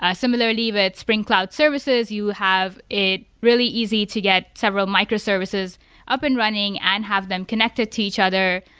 ah similarly with but spring cloud services, you have it really easy to get several microservices up and running and have them connected to each other.